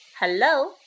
Hello